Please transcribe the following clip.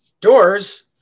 doors